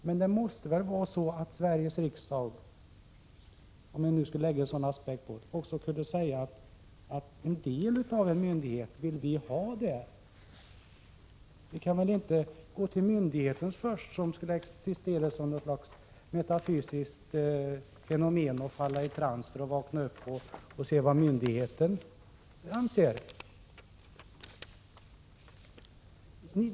Men det måste väl vara så att Sveriges riksdag — om jag nu skall anlägga en sådan aspekt på frågan — också kan säga att man vill ha en del av en myndighet där. Vi kan väl inte först gå till myndigheten, som skulle existera som något slags metafysiskt fenomen, och falla i trans för att sedan vakna upp och veta vad myndigheten anser.